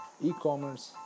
e-commerce